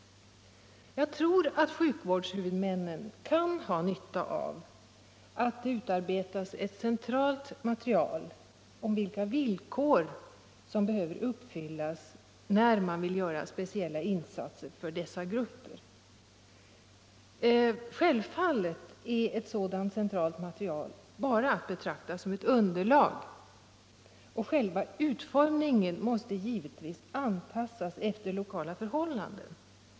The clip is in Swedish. Jag tror att sjukvårdshuvudmännen kan ha nytta av att det utarbetas ett centralt material om vilka villkor som behöver uppfyllas när man vill göra speciella insatser för dessa grupper. Självfallet är ett sådant centralt material bara att betrakta som ett underlag, och själva utformningen måste givetvis anpassas efter lokala förhållanden.